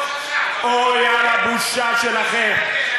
אויה לבושה שלכם.